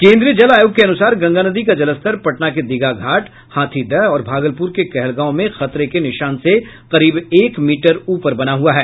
केन्द्रीय जल आयोग के अनुसार गंगा नदी का जलस्तर पटना के दीघा घाट हाथीदह और भागलपुर के कहलगांव में खतरे के निशान से करीब एक मीटर ऊपर बना हुआ है